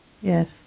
Yes